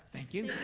thank you